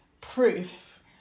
proof